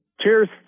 Cheers